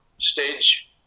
stage